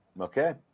okay